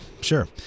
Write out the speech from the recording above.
sure